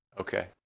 Okay